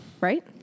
right